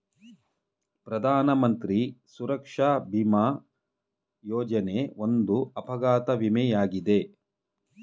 ಪ್ರಧಾನಮಂತ್ರಿ ಸುರಕ್ಷಾ ಭಿಮಾ ಯೋಜನೆ ಒಂದು ಅಪಘಾತ ವಿಮೆ ಯಾಗಿದೆ